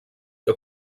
que